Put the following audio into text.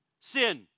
sin